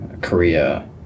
Korea